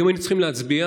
היום היינו צריכים להצביע